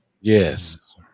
Yes